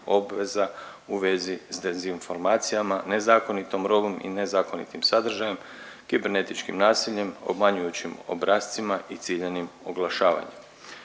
u vezi s dezinformacijama, nezakonitom robom i nezakonitim sadržajem, kibernetičkim nasiljem, obmanjujućim obrascima i ciljanim oglašavanjem.